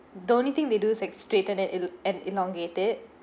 the only thing they do is straighten and and elongated